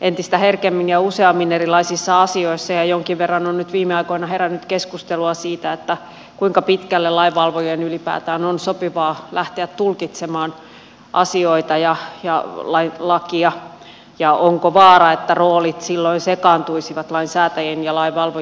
entistä herkemmin ja useammin erilaisissa asioissa ja jonkin verran on nyt viime aikoina herännyt keskustelua siitä kuinka pitkälle lainvalvojien ylipäätään on sopivaa lähteä tulkitsemaan asioita ja lakia ja onko vaara että roolit silloin sekaantuisivat lainsäätäjien ja lainvalvojien välillä